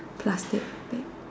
plastic bag